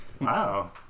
wow